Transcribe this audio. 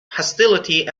hostility